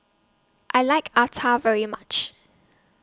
I like Acar very much